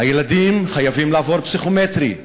הילדים חייבים לעבור פסיכומטרי,